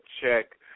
check